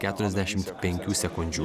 keturiasdešimt penkių sekundžių